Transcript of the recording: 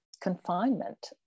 confinement